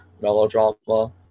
melodrama